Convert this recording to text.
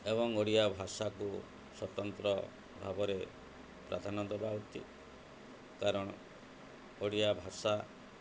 ଏବଂ ଓଡ଼ିଆ ଭାଷାକୁ ସ୍ୱତନ୍ତ୍ର ଭାବରେ ପ୍ରାଧାନ୍ୟ ଦେବା ଉଚିତ୍ କାରଣ ଓଡ଼ିଆ ଭାଷା